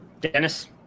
Dennis